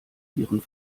ihren